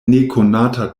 nekonata